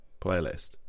playlist